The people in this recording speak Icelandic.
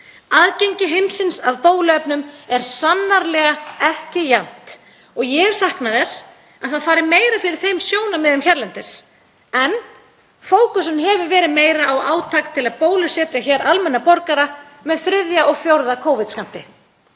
Aðgengi heimsins að bóluefnum er sannarlega ekki jafnt og ég hef saknað þess að meira fari fyrir fyrir þeim sjónarmiðum hérlendis, en fókusinn hefur meira verið á átak til að bólusetja almennra borgara með þriðja og fjórða bóluefnaskammti.